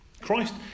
Christ